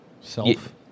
Self